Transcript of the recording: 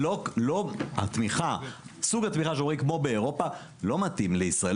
סוג התמיכה באירופה לא מתאים לישראל,